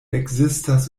ekzistas